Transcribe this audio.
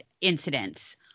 incidents